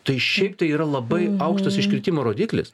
tai šiaip tai yra labai aukštas iškritimo rodiklis